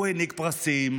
הוא העניק פרסים,